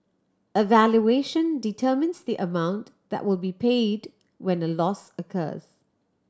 a valuation determines the amount that will be paid when a loss occurs